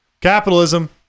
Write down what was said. capitalism